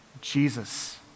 Jesus